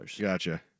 Gotcha